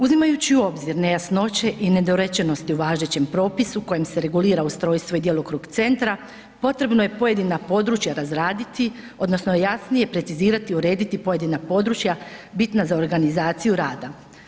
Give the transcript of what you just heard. Uzimajući u obzir nejasnoće i nedorečenosti u važećem propisu kojim se regulira ustrojstvo i djelokrug centra potrebno je pojedina područja razraditi odnosno jasnije precizirati i urediti pojedina područja bitna za organizaciju rada.